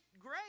great